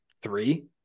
Three